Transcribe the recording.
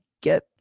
get